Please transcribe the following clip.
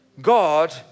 God